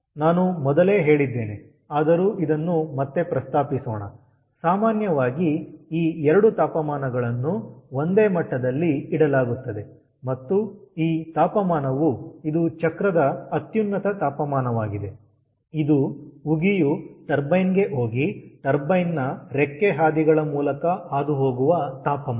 ನಾನು ಮೊದಲೇ ಹೇಳಿದ್ದೇನೆ ಆದರೂ ಇದನ್ನು ಮತ್ತೆ ಪ್ರಸ್ತಾಪಿಸೋಣ ಸಾಮಾನ್ಯವಾಗಿ ಈ 2 ತಾಪಮಾನಗಳನ್ನು ಒಂದೇ ಮಟ್ಟದಲ್ಲಿ ಇಡಲಾಗುತ್ತದೆ ಮತ್ತು ಈ ತಾಪಮಾನವು ಇದು ಚಕ್ರದ ಅತ್ಯುನ್ನತ ತಾಪಮಾನವಾಗಿದೆ ಇದು ಉಗಿಯು ಟರ್ಬೈನ್ ಗೆ ಹೋಗಿ ಟರ್ಬೈನ್ ನ ರೆಕ್ಕೆ ಹಾದಿಗಳ ಮೂಲಕ ಹಾದುಹೋಗುವ ತಾಪಮಾನ